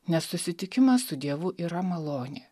nes susitikimas su dievu yra malonė